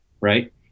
right